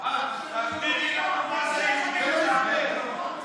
תגדירי לנו מה זה יהודי לטעמך.